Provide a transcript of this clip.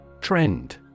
Trend